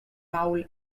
maul